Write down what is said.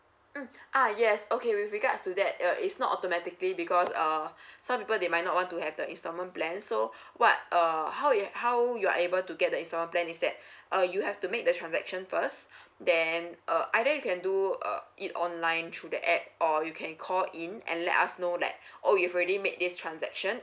mm uh yes okay with regards to that uh it's not automatically because uh some people they might not want to have the installment plan so what uh how you how you are able to get the installment plan is that uh you have to make the transaction first then uh either you can do uh it online through the app or you can call in and let us know like oh you've already made this transaction